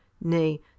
nay